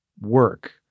work